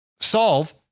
solve